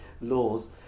laws